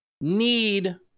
need